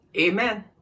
Amen